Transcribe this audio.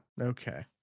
Okay